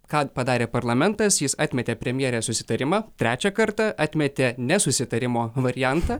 ką padarė parlamentas jis atmetė premjerės susitarimą trečią kartą atmetė nesusitarimo variantą